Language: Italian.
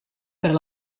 per